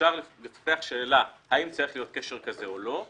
אפשר לשאול האם צריך להיות קשר כזה או לא,